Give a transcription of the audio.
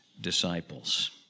disciples